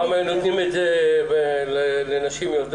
"מפעיל שדה תעופה" בעל רישיון להפעלת